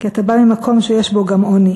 כי אתה בא ממקום שיש בו גם עוני.